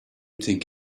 think